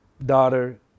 daughter